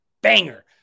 banger